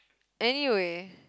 anyway